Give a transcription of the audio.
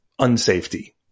unsafety